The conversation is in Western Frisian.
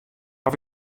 haw